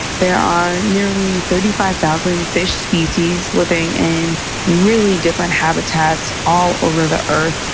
there are nearly thirty five thousand fish species living in really different habitats all over the earth,